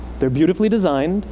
they're beautifully designed,